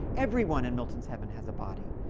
everyone in milton's heaven has a body,